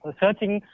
searching